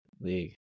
league